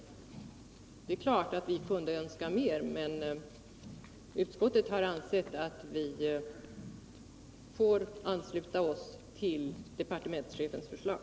Det är klart att vi kunde önska mer, men utskottet har ansett att vi bör ansluta oss till departementschefens förslag.